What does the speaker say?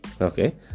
Okay